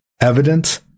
Evidence